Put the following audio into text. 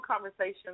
conversation